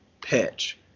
pitch